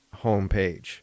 homepage